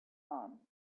dawn